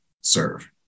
serve